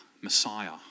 Messiah